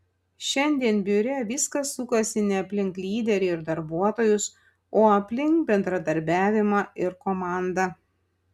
šiandien biure viskas sukasi ne aplink lyderį ir darbuotojus o aplink bendradarbiavimą ir komandą